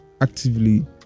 actively